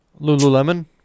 Lululemon